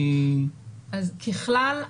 אז ככלל,